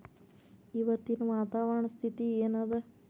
ಇವತ್ತಿನ ವಾತಾವರಣ ಸ್ಥಿತಿ ಏನ್ ಅದ?